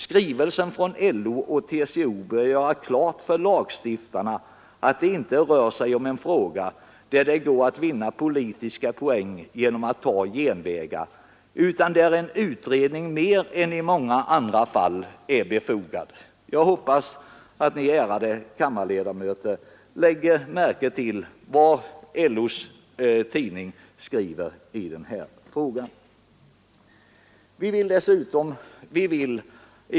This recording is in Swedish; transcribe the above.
Skrivelsen från LO och TCO bör göra klart för lagstiftarna att det här inte rör sig om en fråga, där det går att vinna politiska poäng genom att ta genvägar, utan där en utredning mer än i många andra fall är befogad.” Jag hoppas att ni ärade, kammarledamöter, lägger märke till vad LO:s tidning skriver i denna fråga.